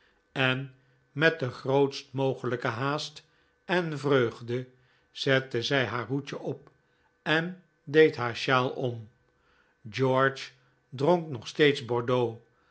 en met de grootst mogelijke haast en vreugde zette zij haar hoedje op en deed haar sjaal om george dronk nog steeds bordeaux